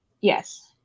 Yes